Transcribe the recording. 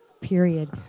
period